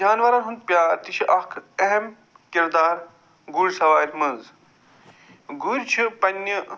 جانورن ہُنٛد پیار تہِ چھُ اکھ اہم کِردار گُرۍ سوارِ منٛز گُرۍ چھِ پنٛنہِ